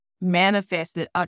manifested